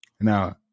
Now